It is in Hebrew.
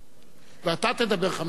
ואתה תדבר חמש דקות.